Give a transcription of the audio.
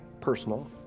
personal